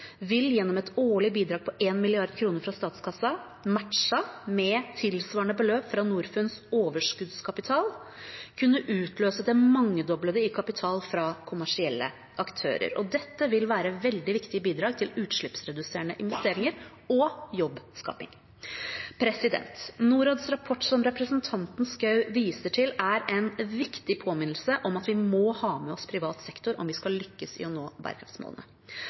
vil gjennom et årlig bidrag på 1 mrd. kr fra statskassen, matchet med tilsvarende beløp fra Norfunds overskuddskapital, kunne utløse det mangedoblede i kapital fra kommersielle aktører. Dette vil være veldig viktige bidrag til utslippsreduserende investeringer og jobbskaping. Norads rapport, som representanten Schou viser til, er en viktig påminnelse om at vi må ha med oss privat sektor om vi skal lykkes i å nå bærekraftsmålene.